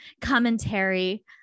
commentary